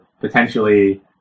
potentially